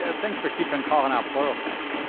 and thanks for keeping calling out pluralsight.